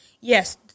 yes